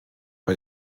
bei